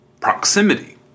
proximity